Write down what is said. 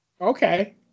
Okay